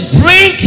bring